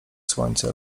słońce